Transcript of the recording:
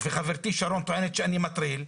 וחברתי שרון טוענת שאני מטריל,